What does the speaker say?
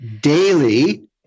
daily